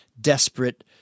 desperate